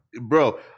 bro